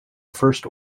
first